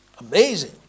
Amazing